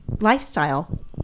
lifestyle